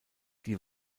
die